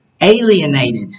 alienated